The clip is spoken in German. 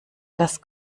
das